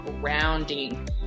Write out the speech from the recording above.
grounding